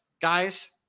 Guys